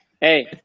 Hey